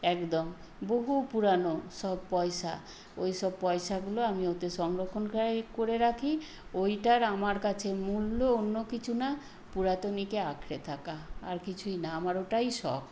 একদম বহু পুরানো সব পয়সা ওই সব পয়সাগুলো আমি ওতে সংরক্ষণ করে করে রাখি ওইটার আমার কাছে মূল্য অন্য কিছু না পুরাতনীকে আঁকড়ে থাকা আর কিছুই না আমার ওটাই শখ